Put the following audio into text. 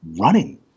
running